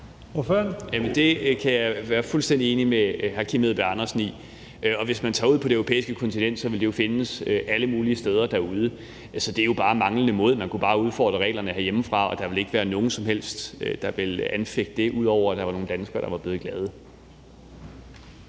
Det kan jeg være fuldstændig enig med hr. Kim Edberg Andersen i. Og hvis man tager ud på det europæiske kontinent, vil de jo kunne findes alle mulige steder. Det er jo bare manglende mod. Man kunne bare have udfordret reglerne herhjemmefra; der er ikke nogen som helst, der ville have anfægtet det. Man ville kun have fået det ud af det, at nogle danskere var blevet glade.